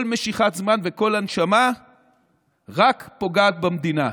כל משיכת זמן וכל הנשמה רק פוגעות במדינה.